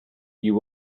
you